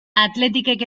athleticek